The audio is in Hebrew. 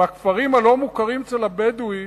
בכפרים הלא-מוכרים אצל הבדואים,